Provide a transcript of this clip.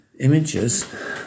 Images